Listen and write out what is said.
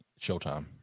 Showtime